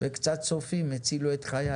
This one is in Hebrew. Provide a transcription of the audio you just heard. וקצת צופים הצילו את חיי,